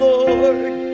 Lord